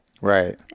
right